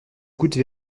gouttes